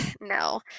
no